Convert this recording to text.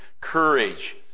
courage